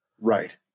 right